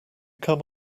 come